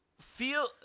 feel